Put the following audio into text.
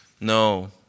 No